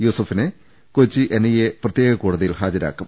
യൂസഫിനെ Kochi NIA പ്രത്യേക കോടതിയിൽ ഹാജരാക്കും